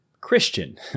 Christian